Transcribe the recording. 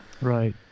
right